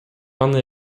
аны